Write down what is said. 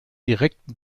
direkten